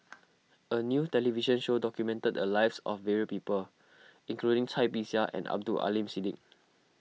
a new television show documented the lives of various people including Cai Bixia and Abdul Aleem Siddique